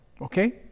okay